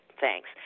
Thanks